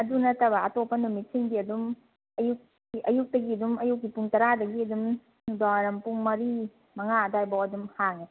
ꯑꯗꯨ ꯅꯠꯇꯕ ꯑꯇꯣꯞꯄ ꯅꯨꯃꯤꯠꯁꯤꯡꯗꯤ ꯑꯗꯨꯝ ꯑꯌꯨꯛꯇꯒꯤ ꯑꯗꯨꯝ ꯑꯌꯨꯛꯀꯤ ꯄꯨꯡ ꯇꯔꯥꯗꯒꯤ ꯑꯗꯨꯝ ꯅꯨꯡꯗꯥꯡ ꯋꯥꯏꯔꯝ ꯄꯨꯡ ꯃꯔꯤ ꯃꯉꯥ ꯑꯗꯥꯏ ꯐꯥꯎꯕ ꯑꯗꯨꯝ ꯍꯥꯡꯉꯦ